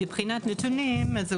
מבחינת נתונים, על